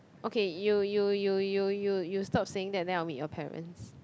okay you you you you you you stop saying that then I'll meet your parents